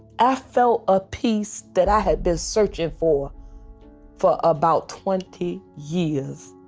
i felt a piece that i had been searching for for about twenty years.